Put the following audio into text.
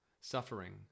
suffering